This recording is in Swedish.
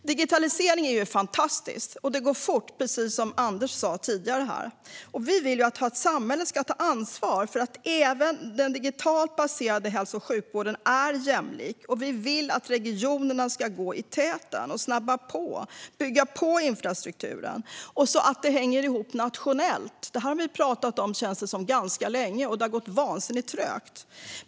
Digitalisering är fantastiskt, och det går fort, precis som Anders sa tidigare här. Vi vill att samhället ska ta ansvar för att även den digitalt baserade hälso och sjukvården är jämlik. Vi vill att regionerna ska gå i täten, snabba på och bygga på infrastrukturen så att den också hänger ihop nationellt. Det känns som att vi har pratat om det här ganska länge, och det har gått vansinnigt trögt.